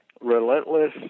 relentless